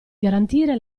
garantire